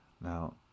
now